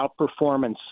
outperformance